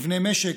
מבני משק,